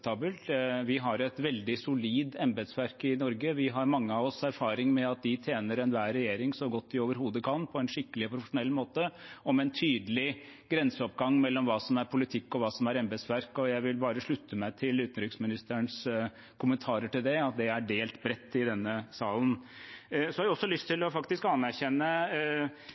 uakseptabelt. Vi har et veldig solid embetsverk i Norge. Mange av oss har erfaring med at de tjener enhver regjering så godt de overhodet kan, på en skikkelig og profesjonell måte, og med en tydelig grenseoppgang mellom hva som er politikk, og hva som er embetsverk. Jeg vil slutte meg til utenriksministerens kommentarer til det, at det er delt bredt i denne salen. Så har jeg lyst til å anerkjenne